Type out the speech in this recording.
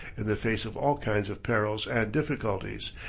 in the face of all kinds of perils and difficulties,